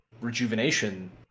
rejuvenation